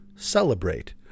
Celebrate